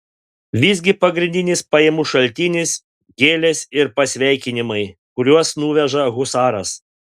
visgi pagrindinis pajamų šaltinis gėlės ir pasveikinimai kuriuos nuveža husaras